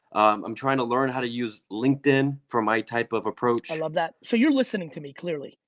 i'm trying to learn how to use linkedin for my type of approach. i love that. so you're listening to me clearly.